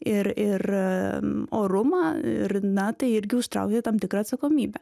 ir ir orumą ir na tai irgi užtraukia tam tikrą atsakomybę